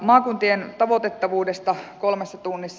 maakuntien tavoitettavuudesta kolmessa tunnissa